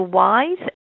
wise